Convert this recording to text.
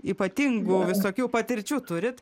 ypatingų visokių patirčių turit